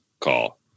call